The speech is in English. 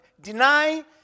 deny